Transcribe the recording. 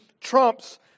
trumps